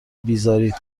بیزارید